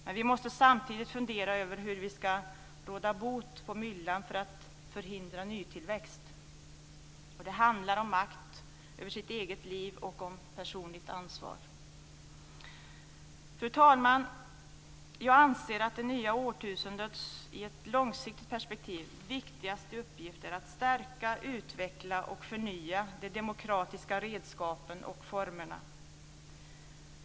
Men vi måste samtidigt fundera över hur vi ska råda bot på myllan för att förhindra nytillväxt. Det handlar om makt över sitt eget liv och om personligt ansvar. Fru talman! Jag anser att det nya årtusendets viktigaste uppgift i ett långsiktigt perspektiv är att stärka, utveckla och förnya de demokratiska redskapen och formerna.